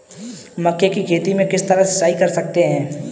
मक्के की खेती में किस तरह सिंचाई कर सकते हैं?